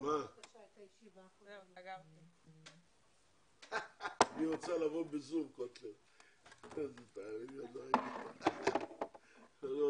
בשעה 09:50.